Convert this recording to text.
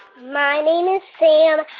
my name is sam.